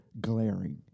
glaring